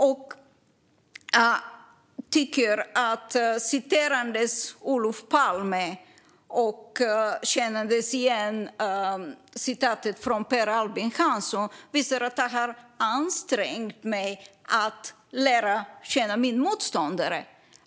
Att jag citerar Olof Palme och känner igen citatet av Per Albin Hansson visar, tycker jag, att jag har ansträngt mig för att lära känna min motståndare.